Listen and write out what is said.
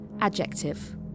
Adjective